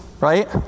right